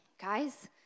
guys